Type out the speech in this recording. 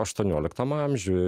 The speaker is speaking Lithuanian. aštuonioliktam amžiuj